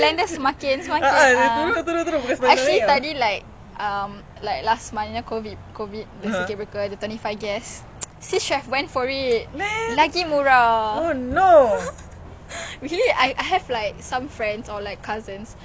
kahwin during so they only invite dua puluh lima orang then the others like online it was like cheap not cheap ah but like compared to what the malays you know malay weddings are so expensive sis you dah save you wanted to get married twenty two